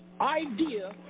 idea